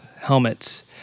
helmets